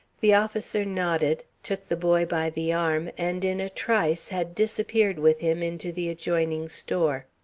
the officer nodded, took the boy by the arm, and in a trice had disappeared with him into the adjoining store.